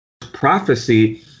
prophecy